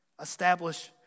establish